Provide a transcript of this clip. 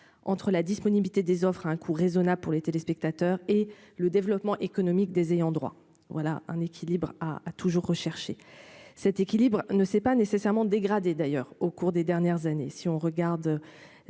entre la disponibilité des offres à un coût raisonnable pour les téléspectateurs et le développement économique des ayants droit, voilà un équilibre à a toujours recherché cet équilibre ne s'est pas nécessairement dégradé d'ailleurs au cours des dernières années, si on regarde